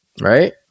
Right